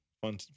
Fun